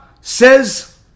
says